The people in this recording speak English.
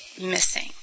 missing